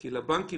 צוהריים טובים,